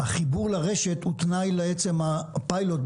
החיבור לרשת הוא תנאי לעצם הפיילוט,